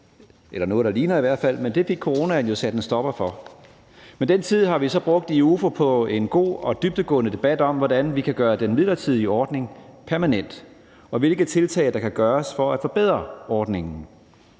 eller noget, der ligner, i hvert fald – men det fik coronaen jo sat en stopper for. Men den tid har vi så brugt i Udvalget for Forretningsordenen på en god og dybdegående debat om, hvordan vi kan gøre den midlertidige ordning permanent, og hvilke tiltag der kan gøres for at forbedre ordningen.